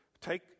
take